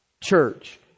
church